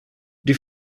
die